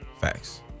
Facts